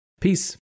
Peace